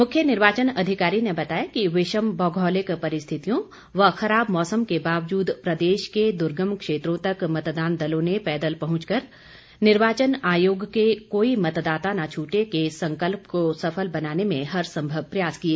मुख्य निर्वाचन अधिकारी ने बताया कि विषम भौगोलिक परिस्थितियों व खराब मौसम के बावजूद प्रदेश के दुर्गम क्षेत्रों तक मतदान दलों ने पैदल पहुंचकर निर्वाचन आयोग के कोई मतदाता न छूटे के संकल्प को सफल बनाने में हर सम्भव प्रयास किए